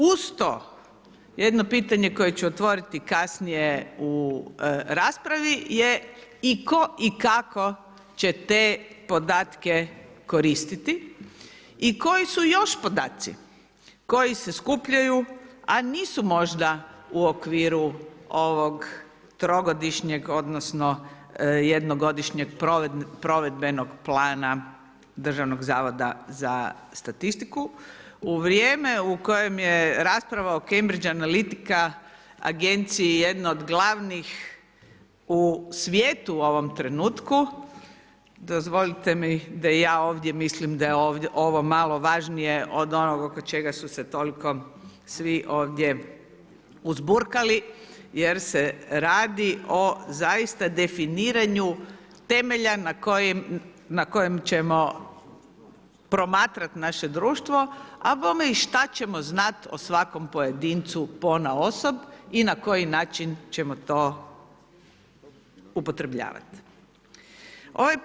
Uz to, jedno pitanje koje ću otvoriti kasnije u raspravi je i tko i kako će te podatke koristiti i koji su još podaci koji se skupljaju, a nisu možda u okviru ovog trogodišnjeg, odnosno jednogodišnjeg provedbenog plana Državnog zavoda za statistiku u vrijeme u kojem je rasprava o Cambridge analytica, agenciji jednoj od glavnih u svijetu u ovom trenutku, dozvolite mi da i ja ovdje mislim da je ovo malo važnije od onoga oko čega su se toliko svi ovdje uzburkali, jer se radi o zaista definiranju temelja na kojim ćemo promatrati naše društvo, a bome i što ćemo znati o svakom pojedincu ponaosob i na koji način ćemo to upotrebljavati.